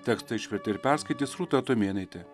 tekstą išvertė ir perskaitys rūta tumėnaitė